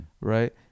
right